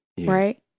Right